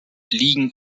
liegen